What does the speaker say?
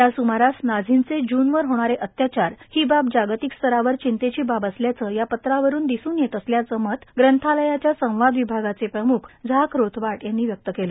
त्या सुमारास नाझींचे ज्यूवर होणारे अत्याचार ही बाब जागतिक स्तरावर चिंतेची बाब असल्याचं या पत्रावरून दिसून येत असल्याचं मत ग्रंथलयाच्या संवाद विभागाचे प्रमुख झाक रोथबार्ट यांनी व्यक्त केलं